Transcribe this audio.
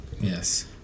Yes